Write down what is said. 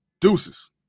Deuces